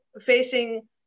facing